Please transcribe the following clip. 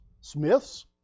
Smiths